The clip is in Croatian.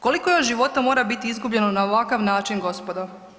Koliko još života mora biti izgubljeno na ovakav način, gospodo?